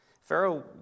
Pharaoh